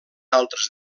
altres